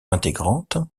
intégrante